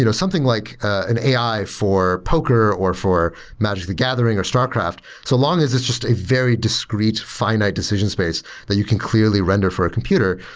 you know something like an ai or poker, or for magic the gathering, or starcarft, so long as it's just a very discreet finite decision space that you can clearly render for a computer,